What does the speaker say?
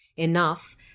enough